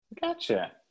Gotcha